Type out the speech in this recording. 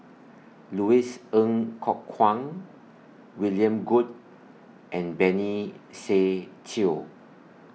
Louis Ng Kok Kwang William Goode and Benny Se Teo